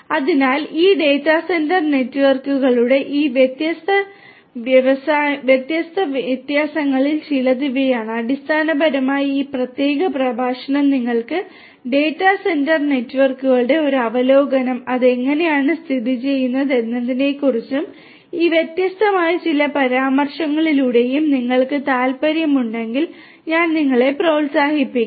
അതിനാൽ data centre നെറ്റ്വർക്കുകളുടെ ഈ വ്യത്യസ്ത വ്യത്യാസങ്ങളിൽ ചിലത് ഇവയാണ് അടിസ്ഥാനപരമായി ഈ പ്രത്യേക പ്രഭാഷണം നിങ്ങൾക്ക് ഡാറ്റാ സെന്റർ നെറ്റ്വർക്കുകളുടെ ഒരു അവലോകനവും അത് എങ്ങനെയാണ് സ്ഥിതിചെയ്യുന്നത് എന്നതിനെക്കുറിച്ചും ഈ വ്യത്യസ്തമായ ചില പരാമർശങ്ങളിലൂടെയെങ്കിലും നിങ്ങൾക്ക് താൽപ്പര്യമുണ്ടെങ്കിൽ ഞാൻ നിങ്ങളെ പ്രോത്സാഹിപ്പിക്കും